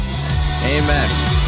Amen